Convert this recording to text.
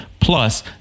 Plus